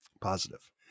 Positive